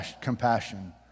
compassion